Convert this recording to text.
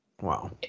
Wow